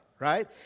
Right